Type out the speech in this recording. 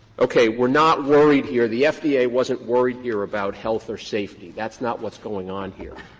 okay, we're not worried here. the fda wasn't worried here about health or safety. that's not what's going on here.